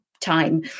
time